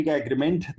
agreement